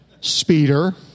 speeder